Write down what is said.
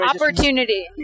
Opportunity